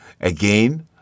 Again